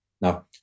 Now